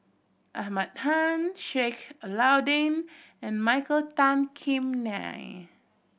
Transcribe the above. Ahmad Khan Sheik Alau'ddin and Michael Tan Kim Nei